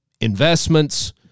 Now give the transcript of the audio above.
investments